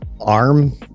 arm